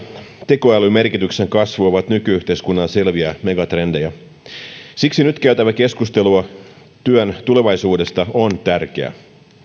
tekoälyn merkityksen kasvu ovat nyky yhteiskunnan selviä megatrendejä siksi nyt käytävä keskustelu työn tulevaisuudesta on tärkeä meidän